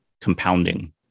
compounding